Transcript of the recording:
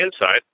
inside